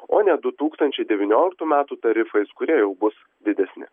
o ne du tūkstančiai devynioliktų metų tarifais kurie jau bus didesni